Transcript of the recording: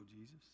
Jesus